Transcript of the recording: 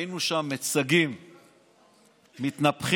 ראינו שם מיצגים מתנפחים